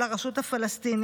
של הרשות הפלסטינית,